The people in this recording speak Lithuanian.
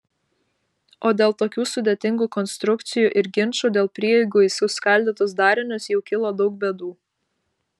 o dėl tokių sudėtingų konstrukcijų ir ginčų dėl prieigų į suskaldytus darinius jau kilo daug bėdų